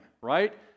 right